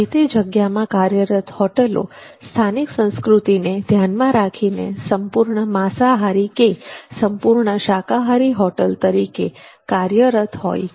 જે તે જગ્યામાં કાર્યરત હોટલો સ્થાનિક સંસ્કૃતિને ધ્યાનમાં રાખીને સંપૂર્ણ માંસાહારી કે સંપૂર્ણ શાકાહારી હોટેલ તરીકે કાર્યરત હોય છે